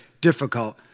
difficult